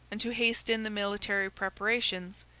and to hasten the military preparations,